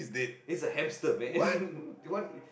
he is a hamster man you want